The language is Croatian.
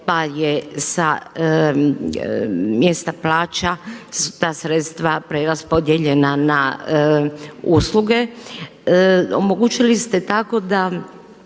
pa je sa mjesta plaća ta sredstva preraspodijeljena na usluge. Omogućili ste tako da